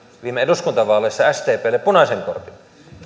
viime eduskuntavaaleissa sdplle punaisen kortin